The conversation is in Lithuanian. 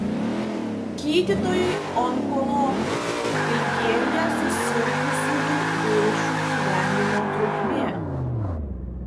gydytojai onkologai ilgėja susirgusiųjų vėžiu gyvenimo trukmė